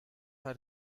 are